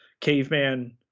caveman